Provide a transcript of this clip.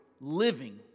living